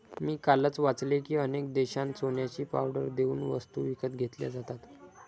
मी कालच वाचले की, अनेक देशांत सोन्याची पावडर देऊन वस्तू विकत घेतल्या जातात